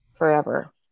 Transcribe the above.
forever